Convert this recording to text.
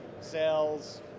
sales